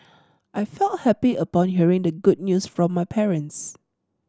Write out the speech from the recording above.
I felt happy upon hearing the good news from my parents